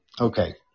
Okay